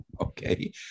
Okay